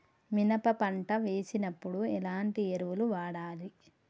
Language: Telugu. మినప పంట వేసినప్పుడు ఎలాంటి ఎరువులు వాడాలి?